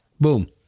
Boom